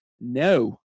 No